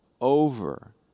over